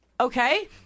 Okay